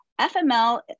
FML